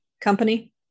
company